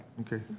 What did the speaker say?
Okay